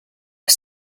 are